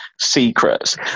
secrets